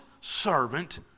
servant